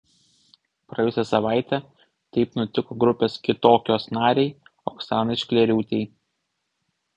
praėjusią savaitę taip nutiko grupės kitokios narei oksanai šklėriūtei